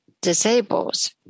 disables